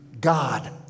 God